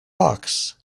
hawks